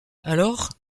alors